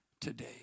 today